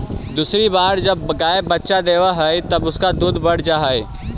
दूसरी बार जब गाय बच्चा देवअ हई तब उसका दूध बढ़ जा हई